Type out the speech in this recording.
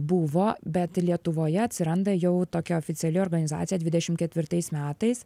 buvo bet lietuvoje atsiranda jau tokia oficiali organizacija dvidešim ketvirtais metais